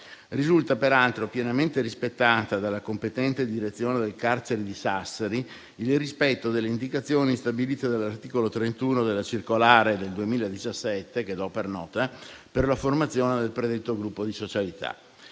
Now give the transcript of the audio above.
Risultano peraltro pienamente rispettate dalla competente direzione del carcere di Sassari le indicazioni stabilite dall'articolo 31 della circolare del 2017, che do per nota, per la formazione del predetto gruppo di socialità.